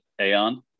Aon